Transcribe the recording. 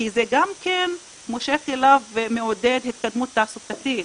כי זה גם כן מושך אליו ומעודד התקדמות תעסוקתית,